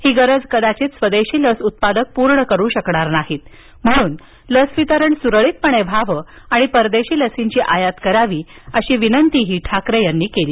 ही गरज कदाचित स्वदेशी लस उत्पादक पूर्णकरू शकणार नाहीत म्हणून लस वितरण सुरळीतपणे व्हावं आणि परदेशी लसींची आयात करावी अशी विनंती ठाकरे यांनी केली